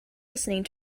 listening